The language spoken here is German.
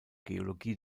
geologie